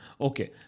Okay